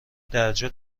درجا